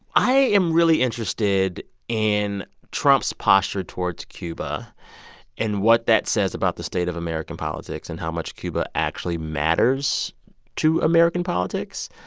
i am really interested in trump's posture towards cuba and what that says about the state of american politics and how much cuba actually matters to american politics.